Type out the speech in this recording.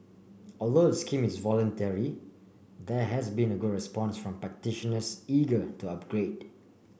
although the scheme is voluntary there has been a good response from practitioners eager to upgrade